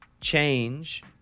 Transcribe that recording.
change